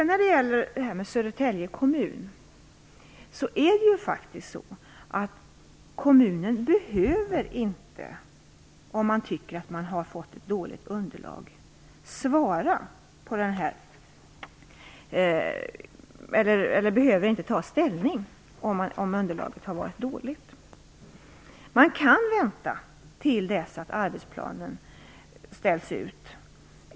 När det gäller Södertälje kommun är det faktiskt så att en kommun som tycker att den har fått ett dåligt underlag inte behöver ta ställning. Man kan vänta till dess att arbetsplanen ställs ut.